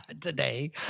today